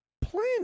plan